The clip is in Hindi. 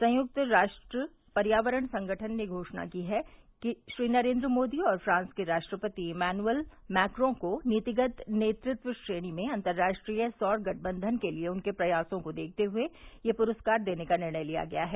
संयुक्त राष्ट्र पर्यावरण संगठन ने घोषणा की है कि श्री नरेन्द्र मोदी और फ्रांस के राष्ट्रपति इमानुएल मैक्रां को नीतिगत नेतृत्व श्रेणी में अंतर्राष्ट्रीय सौर गठबंधन के लिए उनके प्रयासों को देखते हुए यह पुरस्कार देने का निर्णय किया गया है